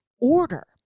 order